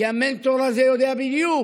כי המנטור הזה יודע בדיוק